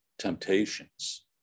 temptations